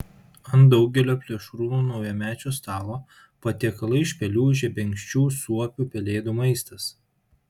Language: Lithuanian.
ant daugelio plėšrūnų naujamečio stalo patiekalai iš pelių žebenkščių suopių pelėdų maistas